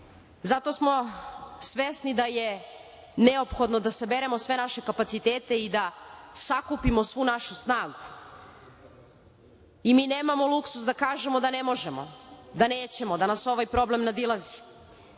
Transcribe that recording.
Zato smo svesni da je neophodno da saberemo sve naše kapacitete i da sakupimo svu našu snagu. Mi nemamo luksuz da kažemo da ne možemo, da nećemo, da nas ovaj problem nadilazi.